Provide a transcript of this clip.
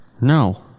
no